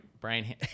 Brian